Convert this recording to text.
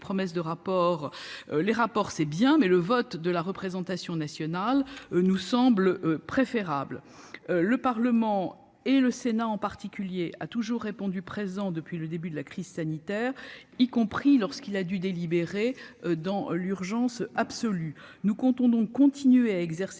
Madame la ministre, les rapports, c'est bien, mais le vote de la représentation nationale nous semble préférable ! Le Parlement, et le Sénat en particulier, a toujours répondu présent depuis le début de la crise sanitaire, y compris lorsqu'il a dû délibérer dans l'urgence absolue. Nous entendons continuer à exercer